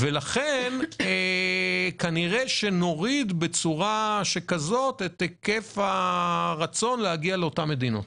לכן כנראה שנוריד בצורה שכזאת את היקף הרצון להגיע לאותן מדינות.